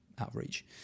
outreach